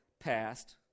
passed